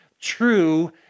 true